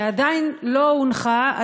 שעדיין לא הונחה,